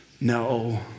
no